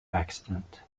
accident